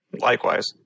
Likewise